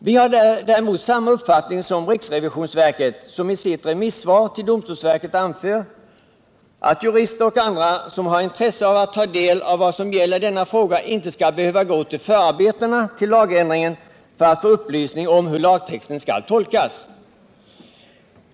Vi har samma uppfattning som riksrevisionsverket, som i sitt remissvar anför att jurister och andra som har intresse av att ta del av vad som gäller i denna fråga inte skall behöva gå till förarbetena till lagändringen för att få upplysning om hur lagtexten skall tolkas.